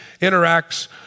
interacts